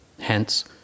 Hence